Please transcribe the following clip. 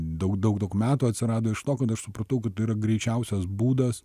daug daug daug metų atsirado iš to kad aš supratau kad tai yra greičiausias būdas